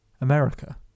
America